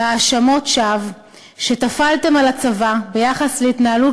והאשמות השווא שטפלתם על הצבא ביחס להתנהלות